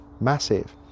massive